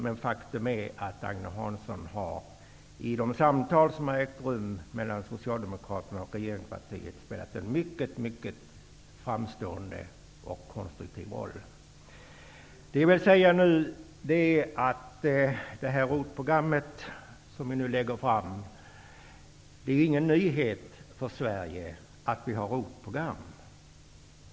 Men faktum är att Agne Hansson i de samtal som har ägt rum mellan Socialdemokraterna och regeringspartiet spelat en mycket framstående och konstruktiv roll. Det är ingen nyhet för Sverige att vi har ROT program.